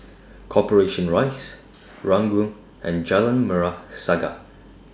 Corporation Rise Ranggung and Jalan Merah Saga